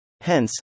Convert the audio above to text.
Hence